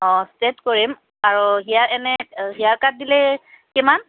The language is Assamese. অঁ ষ্ট্ৰেট কৰিম আৰু হেয়াৰ এনেই হেয়াৰ কাট দিলে কিমান